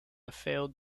failed